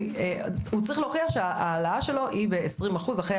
הוא צריך להוכיח שההעלאה שלו היא ב-20% אחרי